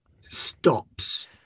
stops